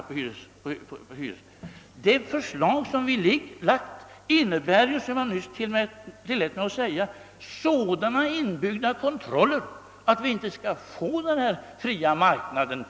Men vänta litet grand!